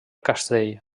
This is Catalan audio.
castell